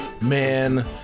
Man